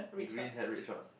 green hat red shorts